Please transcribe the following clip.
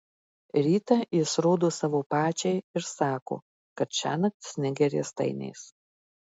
rytą jis rodo savo pačiai ir sako kad šiąnakt snigę riestainiais